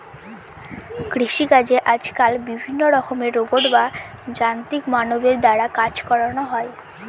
কৃষিকাজে আজকাল বিভিন্ন রকমের রোবট বা যান্ত্রিক মানবের দ্বারা কাজ করানো হয়